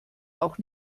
auch